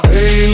Hey